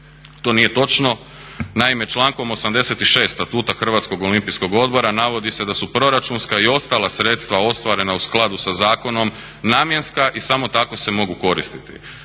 To nije točno. Naime, člankom 86. Statuta Hrvatskog olimpijskog odbora navodi se da su proračunska i ostala sredstva ostvarena u skladu sa zakonom namjenska i samo tako se mogu koristiti.